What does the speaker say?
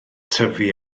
tyfu